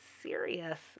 serious